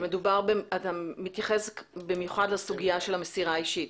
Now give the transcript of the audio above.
אתה מתייחס במיוחד לסוגיית המסירה האישית.